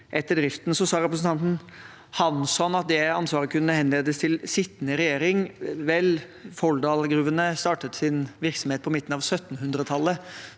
etter driften. Så sa representanten Hansson at det ansvaret kunne henledes til sittende regjering. Vel, Folldal gruver startet sin virksomhet på midten av 1700-tallet,